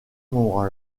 moment